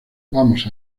vamos